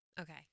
Okay